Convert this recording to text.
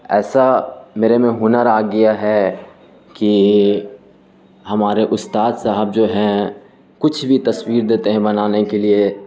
ایسا میرے میں ہنر آ گیا ہے کہ ہمارے استاد صاحب جو ہیں کچھ بھی تصویر دیتے ہیں بنانے کے لیے